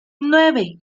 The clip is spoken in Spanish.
nueve